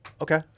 Okay